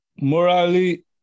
morally